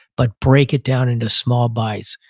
but break it down into small bits.